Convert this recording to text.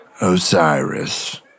osiris